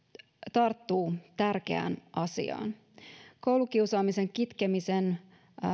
tarttuu tärkeään asiaan koulukiusaamisen kitkemisen